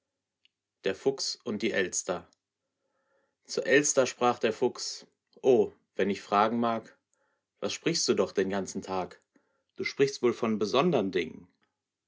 der fuchs und die elster zur elster sprach der fuchs o wenn ich fragen mag was sprichst du doch den ganzen tag du sprichst wohl von besondern dingen